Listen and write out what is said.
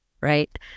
right